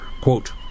quote